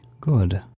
Good